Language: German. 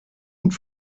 und